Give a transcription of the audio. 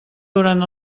durant